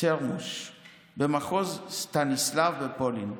במחוז סטניסלב בפולין,